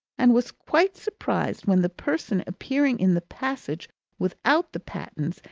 and was quite surprised when the person appeared in the passage without the pattens,